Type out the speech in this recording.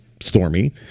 Stormy